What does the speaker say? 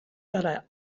gara